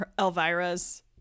Elvira's